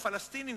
הפלסטינים,